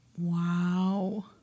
Wow